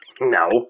No